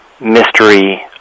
mystery